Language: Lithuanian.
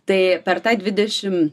tai per tą dvidešimt